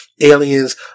aliens